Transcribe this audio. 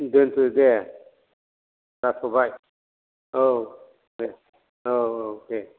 दोन्थ' दे जाथ'बाय औ दे औ औ दे